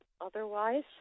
otherwise